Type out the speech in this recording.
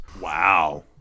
Wow